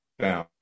down